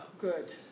Good